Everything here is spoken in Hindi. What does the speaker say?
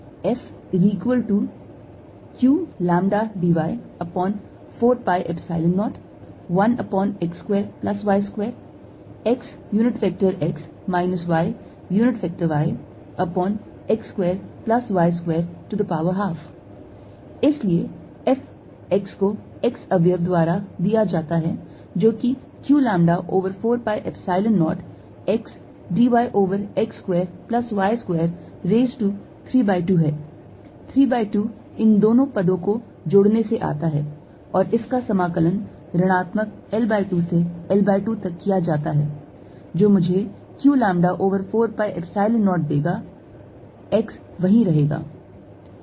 Fqλdy4π01x2y2xx yyx2y212 इसलिए F x को x अवयव द्वारा दिया जाता है जो कि q lambda over 4 pi Epsilon 0 x d y over x square plus y square raise to 3 by 2 है 3 by 2 इन दोनों पदों को जोडने से आता है और और इसका समाकलन ऋणात्मक L by 2 से L by 2 तक किया जाता है जो मुझे q lambda over 4 pi Epsilon 0 देगा x वहीं रहेगा